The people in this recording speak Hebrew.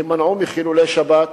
הימנעו מחילולי שבת,